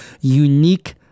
unique